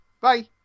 Bye